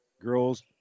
girls